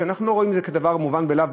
ואנחנו לא רואים את זה כדבר מובן מאליו,